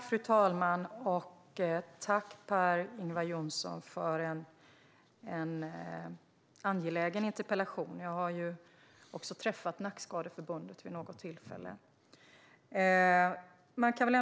Fru talman! Tack, Per-Ingvar Johnsson, för en angelägen interpellation! Jag har också träffat Nackskadeförbundet vid något tillfälle.